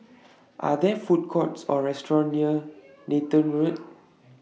Are There Food Courts Or restaurants near Nathan Road